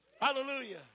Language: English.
Hallelujah